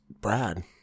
Brad